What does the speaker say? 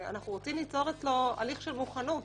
אנחנו רוצים ליצור אצלו הליך של מוכנות